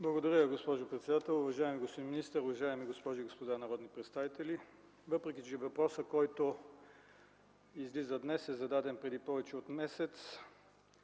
Благодаря Ви, госпожо председател. Уважаеми господин министър, уважаеми госпожи и господа народни представители! Въпреки че въпросът, който излиза днес, е зададен преди повече от един